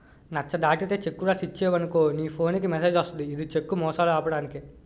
నచ్చ దాటితే చెక్కు రాసి ఇచ్చేవనుకో నీ ఫోన్ కి మెసేజ్ వస్తది ఇది చెక్కు మోసాలు ఆపడానికే